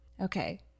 okay